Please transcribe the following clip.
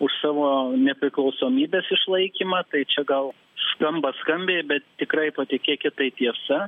už savo nepriklausomybės išlaikymą tai čia gal skamba skambiai bet tikrai patikėkit tai tiesa